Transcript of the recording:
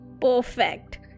Perfect